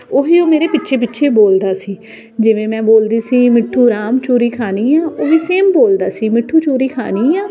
ਉਹ ਹੀ ਮੇਰੇ ਪਿੱਛੇ ਪਿੱਛੇ ਬੋਲਦਾ ਸੀ ਜਿਵੇਂ ਮੈਂ ਬੋਲਦੀ ਸੀ ਮਿੱਠੂ ਰਾਮ ਚੂਰੀ ਖਾਣੀ ਆ ਉਹ ਵੀ ਸੇਮ ਬੋਲਦਾ ਸੀ ਮਿੱਠੂ ਚੂਰੀ ਖਾਣੀ ਆ